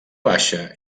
baixa